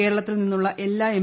കേരളത്തിൽ നിന്നുള്ള എല്ലാ എം